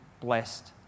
blessed